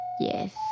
yes